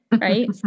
right